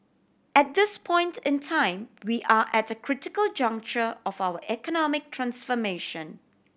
at this point in time we are at a critical juncture of our economic transformation